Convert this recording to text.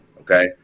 Okay